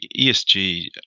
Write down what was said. ESG